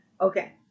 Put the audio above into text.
Okay